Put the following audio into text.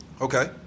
Okay